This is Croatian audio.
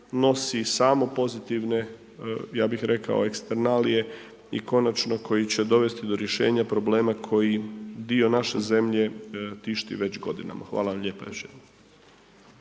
nosi samo pozitivne ja bih rekao eksternalije i konačno koji će dovesti do rješenja problema koji dio naše zemlje tišti već godina. Hvala vam lijepa još